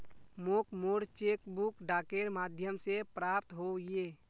मोक मोर cheque book डाकेर माध्यम से प्राप्त होइए